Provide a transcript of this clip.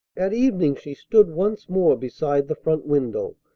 at evening she stood once more beside the front window,